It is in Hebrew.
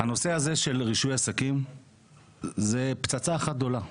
נושא רישוי עסקים זה פצצה אחת גדולה.